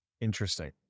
Interesting